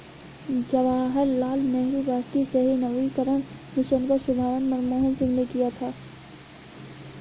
जवाहर लाल नेहरू राष्ट्रीय शहरी नवीकरण मिशन का शुभारम्भ मनमोहन सिंह ने किया था